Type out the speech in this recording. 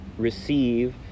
receive